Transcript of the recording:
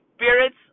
spirits